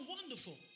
wonderful